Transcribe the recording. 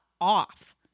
off